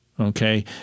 Okay